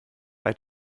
bei